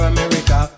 America